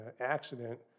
accident